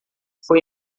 foi